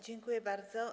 Dziękuję bardzo.